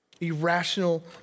Irrational